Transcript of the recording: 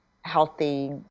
healthy